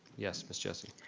yes, miss jessie?